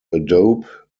adobe